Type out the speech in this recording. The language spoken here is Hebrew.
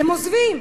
הם עוזבים.